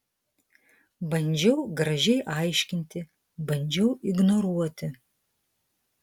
bandžiau gražiai aiškinti bandžiau ignoruoti